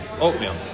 Oatmeal